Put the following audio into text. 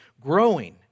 growing